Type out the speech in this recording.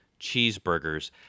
cheeseburgers